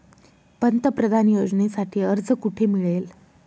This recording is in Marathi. पंतप्रधान योजनेसाठी अर्ज कुठे मिळेल?